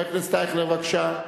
בבקשה.